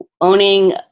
owning